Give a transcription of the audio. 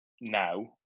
now